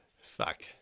Fuck